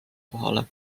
kohale